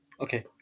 Okay